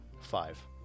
Five